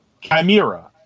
Chimera